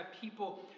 people